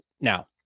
Now